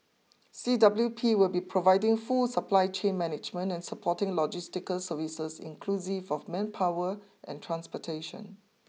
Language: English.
C W T will be providing full supply chain management and supporting logistical services inclusive of manpower and transportation